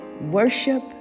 worship